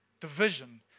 division